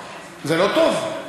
עכשיו, שמעתי אמירות: טוב,